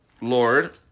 Lord